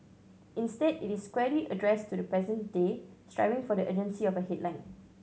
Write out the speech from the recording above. instead it is squarely addressed to the present day striving for the urgency of a headline